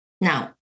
now